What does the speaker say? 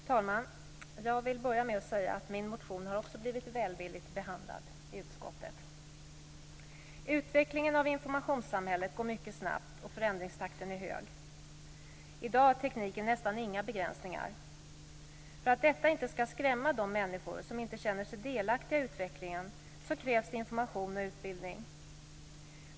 Fru talman! Jag vill börja med att säga att också min motion har blivit välvilligt behandlad i utskottet. Utvecklingen av informationssamhället går mycket snabbt och förändringstakten är hög. I dag har tekniken nästan inga begränsningar. För att detta inte skall skrämma de människor som inte känner sig delaktiga i utvecklingen krävs det information och utbildning.